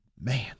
Man